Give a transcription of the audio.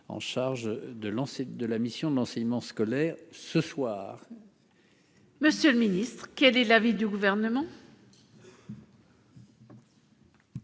de lancer de la mission de l'enseignement scolaire ce soir. Monsieur le Ministre, quel est l'avis du gouvernement.